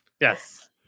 Yes